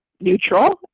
Neutral